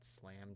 slammed